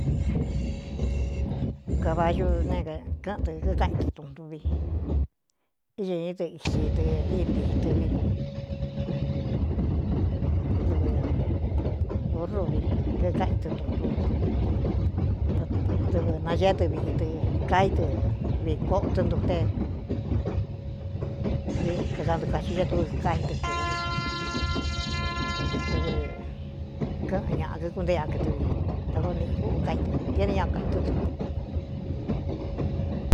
Gabayu neé kɨ́ꞌɨn tɨ kíkáꞌin tɨ tuꞌntuvi íñɨní tɨ isi tɨ í ntii tɨvi dɨvɨ burru vi kkáꞌin tɨ tuntu to dɨvɨ nañeé dɨ viꞌī dɨ kaí dɨ vi koꞌtɨntute vi da kaꞌndukacɨ ú ñá tuvɨ ká i tɨ kūꞌvi dɨvɨ kɨꞌɨn ñaꞌa kɨkuntée a kɨtɨ vi ta kóo niꞌī kúꞌu kaí tɨ tiéni ñá ka itɨ́ do.